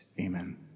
Amen